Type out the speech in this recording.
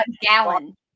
gallon